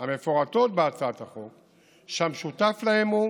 המפורטות בהצעת החוק, שהמשותף להם הוא